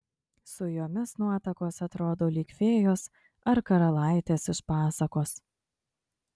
su jomis nuotakos atrodo lyg fėjos ar karalaitės iš pasakos